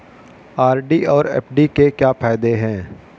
RD और FD के क्या फायदे हैं?